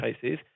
cases